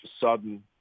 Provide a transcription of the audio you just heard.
sudden